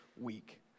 week